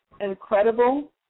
incredible